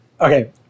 Okay